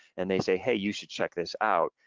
and they say, hey, you should check this out.